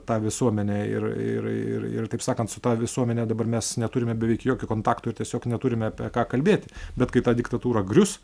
tą visuomenę ir ir ir ir taip sakant su ta visuomene dabar mes neturime beveik jokio kontakto ir tiesiog neturime apie ką kalbėti bet kai ta diktatūra grius